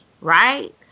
right